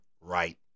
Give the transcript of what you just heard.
right